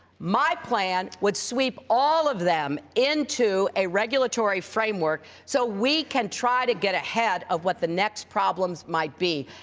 my plan would sweep all of them into a regulatory framework so we can try to get ahead of what the next problems might be.